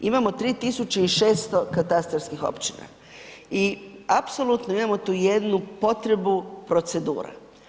Imamo 3600 katastarskih općina i apsolutno imamo tu jednu potrebu procedure.